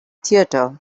theater